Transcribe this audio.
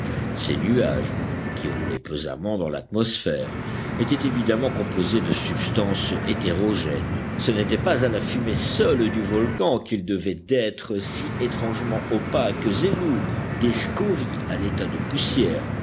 ces nuages qui roulaient pesamment dans l'atmosphère étaient évidemment composés de substances hétérogènes ce n'était pas à la fumée seule du volcan qu'ils devaient d'être si étrangement opaques et lourds des scories à l'état de poussière